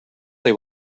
they